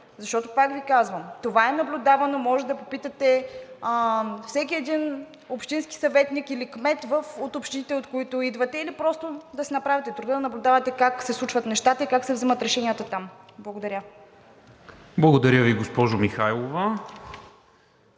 защото, пак Ви казвам, това е наблюдавано. Можете да попитате всеки един общински съветник или кмет от общините, от които идвате, или просто да си направите труда да наблюдавате как се случват нещата и как се взимат решенията там. Благодаря. ПРЕДСЕДАТЕЛ НИКОЛА МИНЧЕВ: Благодаря Ви, госпожо Михайлова.